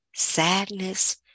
sadness